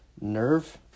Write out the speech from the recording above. nerve